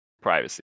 privacy